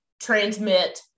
transmit